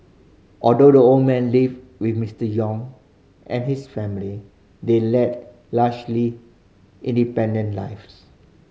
although the older man lived with Mister Yong and his family they led largely independent lives